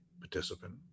participant